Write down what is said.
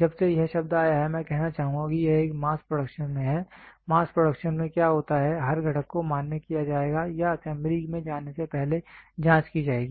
जब से यह शब्द आया है मैं कहना चाहूँगा कि यह एक मास प्रोडक्शन में है मास प्रोडक्शन में क्या होता है हर घटक को मान्य किया जाएगा या असेंबली में जाने से पहले जांच की जाएगी